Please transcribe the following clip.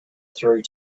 through